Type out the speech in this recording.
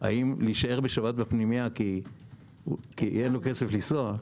האם להישאר בשבת בפנימייה כי אין לו כסף לנסוע,